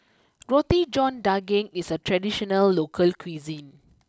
Roti John Daging is a traditional local cuisine